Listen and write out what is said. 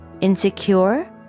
insecure